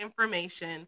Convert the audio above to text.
information